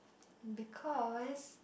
because